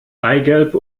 eigelb